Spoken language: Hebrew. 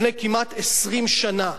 לפני כמעט 20 שנה,